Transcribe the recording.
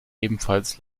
ebenfalls